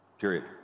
period